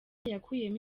yakuyemo